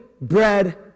bread